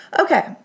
Okay